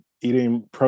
eating